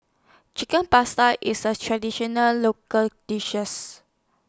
Chicken Pasta IS A Traditional Local dishes